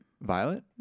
Violet